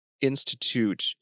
institute